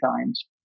times